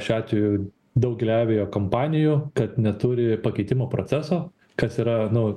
šiuo atveju daugeliu aviakompanijų kad neturi pakeitimo proceso kas yra nu